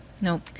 Nope